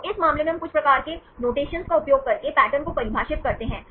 तो इस मामले में हम कुछ प्रकार के नोटेशन का उपयोग करके पैटर्न को परिभाषित करते हैं